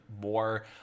more